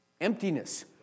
Emptiness